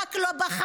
רק לא בחטופים.